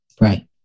Right